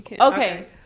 Okay